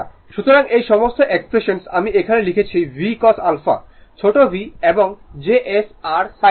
সুতরাং এই সমস্ত এক্সপ্রেশন্স আমি এখানে লিখেছি Vcos α ছোট v এবং js r sin α